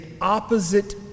opposite